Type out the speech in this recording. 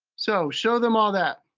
so show them all that.